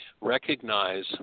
recognize